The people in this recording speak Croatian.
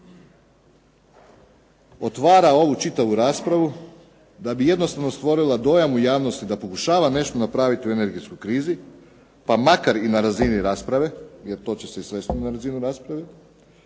otvara ovu čitavu raspravu da bi jednostavno stvorila dojam u javnosti da pokušava nešto napraviti u energetskoj krizi, pa makar i na razini rasprave, jer to će se svesti na razinu rasprave